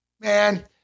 man